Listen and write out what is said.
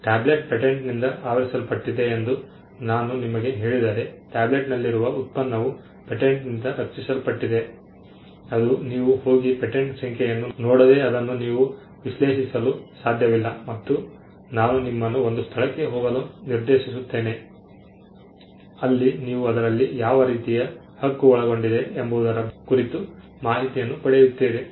tablet ಪೇಟೆಂಟ್ನಿಂದ ಆವರಿಸಲ್ಪಟ್ಟಿದೆ ಎಂದು ನಾನು ನಿಮಗೆ ಹೇಳಿದರೆ ಟ್ಯಾಬ್ಲೆಟ್ನಲ್ಲಿರುವ ಉತ್ಪನ್ನವು ಪೇಟೆಂಟ್ನಿಂದ ರಕ್ಷಿಸಲ್ಪಟ್ಟಿದೆ ಅದು ನೀವು ಹೋಗಿ ಪೇಟೆಂಟ್ ಸಂಖ್ಯೆಯನ್ನು ನೋಡದೆ ಅದನ್ನು ನೀವು ವಿಶ್ಲೇಷಿಸಲು ಸಾಧ್ಯವಿಲ್ಲ ಮತ್ತು ನಾನು ನಿಮ್ಮನ್ನು ಒಂದು ಸ್ಥಳಕ್ಕೆ ಹೋಗಲು ನಿರ್ದೇಶಿಸುತ್ತೇನೆ ಅಲ್ಲಿ ನೀವು ಅದರಲ್ಲಿ ಯಾವ ರೀತಿಯ ಹಕ್ಕು ಒಳಗೊಂಡಿದೆ ಎಂಬುವುದರ ಕುರಿತು ಮಾಹಿತಿಯನ್ನು ಪಡೆಯುತ್ತೀರಿ